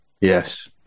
yes